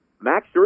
Max